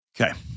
Okay